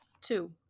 Two